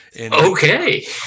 Okay